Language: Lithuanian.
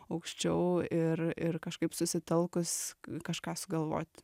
aukščiau ir ir kažkaip susitelkus kažką sugalvot